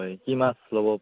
হয় কি মাছ ল'ব